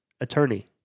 attorney